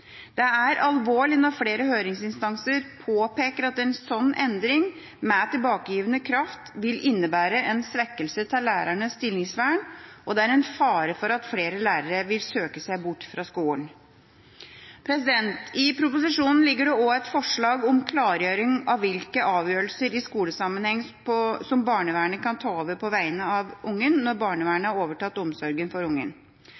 Det er alvorlig når flere høringsinstanser påpeker at en slik endring med tilbakevirkende kraft vil innebære en svekkelse av lærernes stillingsvern, og det er en fare for at flere lærere vil søke seg bort fra skolen. I proposisjonen ligger det også et forslag om klargjøring av hvilke avgjørelser i skolesammenheng barnevernet kan ta på vegne av barnet, når barnevernet har overtatt omsorgen for